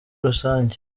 rusange